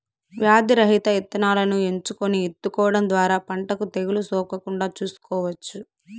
వ్యాధి రహిత ఇత్తనాలను ఎంచుకొని ఇత్తుకోవడం ద్వారా పంటకు తెగులు సోకకుండా చూసుకోవచ్చు